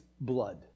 blood